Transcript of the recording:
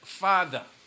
father